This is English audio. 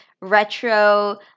retro